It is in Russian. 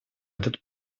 этот